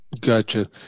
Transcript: Gotcha